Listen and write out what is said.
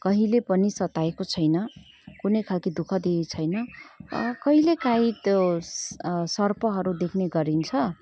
कहिले पनि सताएको छैन कुनै खालके दुःख दिएको छैन कहिलेकाहीँ त्यो सर्पहरू देख्ने गरिन्छ